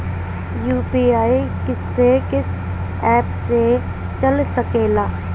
UPI किस्से कीस app से चल सकेला?